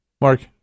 Mark